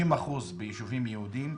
60% ביישובים יהודיים,